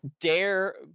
dare